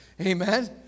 Amen